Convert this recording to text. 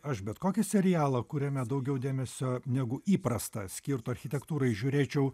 aš bet kokį serialą kuriame daugiau dėmesio negu įprasta skirtų architektūrai žiūrėčiau